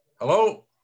hello